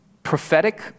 Prophetic